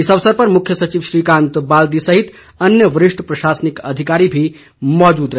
इस अवसर पर मुख्य सचिव श्रीकांत बाल्दी सहित अन्य वरिष्ठ प्रशासनिक अधिकारी भी मौजूद रहे